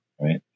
right